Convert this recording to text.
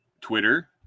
Twitter